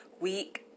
week